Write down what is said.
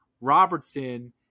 Robertson